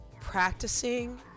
practicing